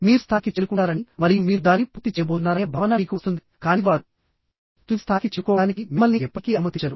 మీరు స్థాయికి చేరుకుంటారని మరియు మీరు దానిని పూర్తి చేయబోతున్నారనే భావన మీకు వస్తుంది కానీ వారు తుది స్థాయికి చేరుకోవడానికి మిమ్మల్ని ఎప్పటికీ అనుమతించరు